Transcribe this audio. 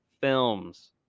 films